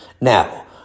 Now